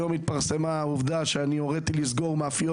היום התפרסמה העובדה שהוריתי לסגור מאפיות